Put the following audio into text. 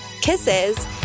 kisses